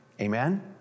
Amen